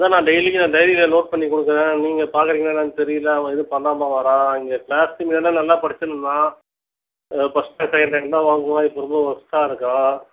அதான் நான் டெய்லிக்கும் நான் டைரியில் நோட் பண்ணி கொடுக்குறேன் நீங்கள் பார்க்குறீங்களா என்னென்னு தெரியலை அவன் எதுவும் பண்ணாமல் வரான் இங்கே கிளாஸில் முன்ன நல்லா படிச்சிட்டுருந்தான் ஃபஸ்ட்டு ரேங்க் செகண்ட் ரேங்க் தான் வாங்குவான் இப்போ ரொம்ப வொர்ஸ்ட்டாக இருக்கான்